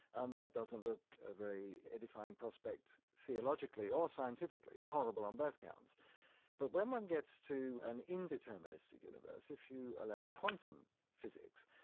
and that doesn't look a very edifying prospect theologically or scientifically. it's horrible on both accounts but when one gets to an indeterministic universe, if you allow quantum physics,